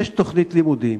יש תוכנית לימודים,